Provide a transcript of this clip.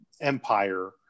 empire